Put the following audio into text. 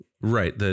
Right